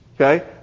Okay